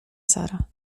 sara